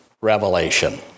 revelation